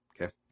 Okay